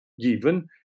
given